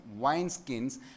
wineskins